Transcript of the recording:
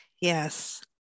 yes